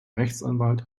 rechtsanwalt